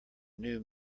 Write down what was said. new